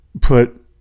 put